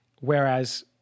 whereas